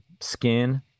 skin